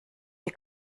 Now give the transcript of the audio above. die